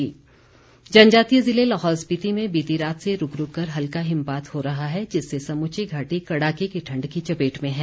मौसम जनजातीय ज़िले लाहौल स्पीति में बीती रात से रूक रूक कर हल्का हिमपात हो रहा है जिससे समूची घाटी कड़ाके की ठण्ड की चपेट में है